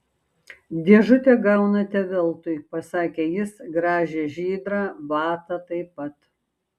dėžutę gaunate veltui pasakė jis gražią žydrą vatą taip pat